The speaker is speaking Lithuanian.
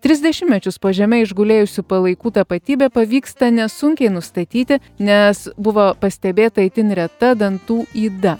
tris dešimtmečius po žeme išgulėjusių palaikų tapatybę pavyksta nesunkiai nustatyti nes buvo pastebėta itin reta dantų yda